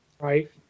Right